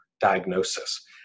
diagnosis